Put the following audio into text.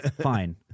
fine